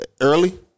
Early